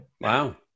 Wow